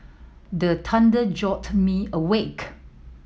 the thunder jolt me awake